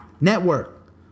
Network